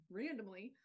randomly